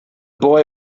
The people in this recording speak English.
boy